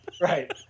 Right